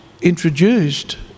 introduced